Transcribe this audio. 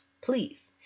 please